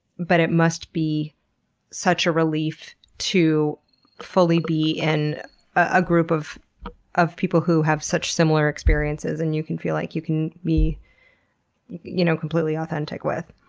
but it must be such a relief to fully be in a group of of people who have such similar experiences and you can feel like you can be you know completely authentic with.